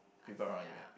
people around you happy